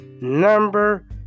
number